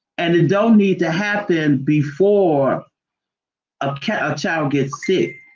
and it don't need to happen before a cat child gets sick.